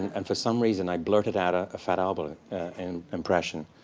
and and for some reason i blurted out a fat albert and impression,